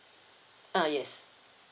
uh yes